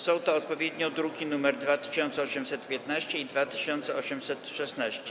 Są to odpowiednio druki nr 2815 i 2816.